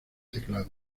teclado